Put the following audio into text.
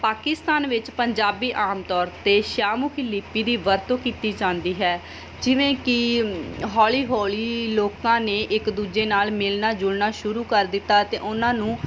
ਪਾਕਿਸਤਾਨ ਵਿੱਚ ਪੰਜਾਬੀ ਆਮ ਤੌਰ 'ਤੇ ਸ਼ਾਹਮੁਖੀ ਲਿਪੀ ਦੀ ਵਰਤੋਂ ਕੀਤੀ ਜਾਂਦੀ ਹੈ ਜਿਵੇਂ ਕਿ ਹੌਲੀ ਹੌਲੀ ਲੋਕਾਂ ਨੇ ਇੱਕ ਦੂਜੇ ਨਾਲ ਮਿਲਣਾ ਜੁਲਣਾ ਸ਼ੁਰੂ ਕਰ ਦਿੱਤਾ ਅਤੇ ਉਹਨਾਂ ਨੂੰ